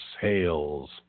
sales